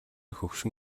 хөгшин